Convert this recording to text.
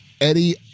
Eddie